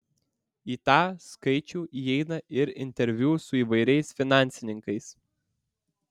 į tą skaičių įeina ir interviu su įvairiais finansininkais